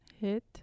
hit